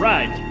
right.